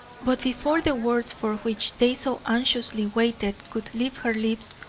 but before the words for which they so anxiously waited could leave her lips,